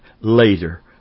later